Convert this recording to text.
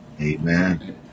Amen